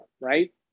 right